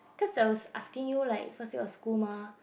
because I was asking you like first year of school mah